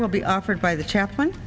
will be offered by the chaplain